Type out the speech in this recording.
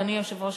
אדוני היושב-ראש,